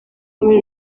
muri